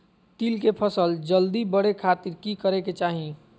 तिल के फसल जल्दी बड़े खातिर की करे के चाही?